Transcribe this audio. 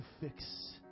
fix